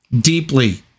deeply